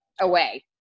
away